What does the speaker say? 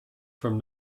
from